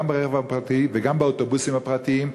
גם ברכב הפרטי וגם באוטובוסים הפרטיים,